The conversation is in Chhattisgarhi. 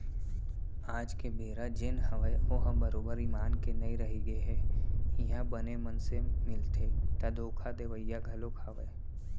आज के बेरा जेन हवय ओहा बरोबर ईमान के नइ रहिगे हे इहाँ बने मनसे मिलथे ता धोखा देवइया घलोक हवय